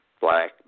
Black